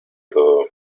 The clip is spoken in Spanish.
todo